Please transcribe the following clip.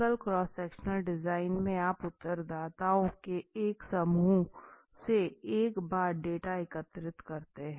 single cross sectional design में आप उत्तरदाताओं के एक समूह से एक बार डाटा एकत्रित करते हो